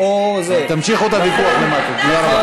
תודה רבה.